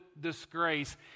disgrace